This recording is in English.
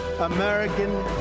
American